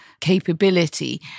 capability